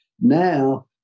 Now